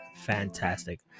fantastic